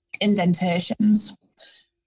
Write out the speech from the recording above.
indentations